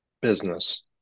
business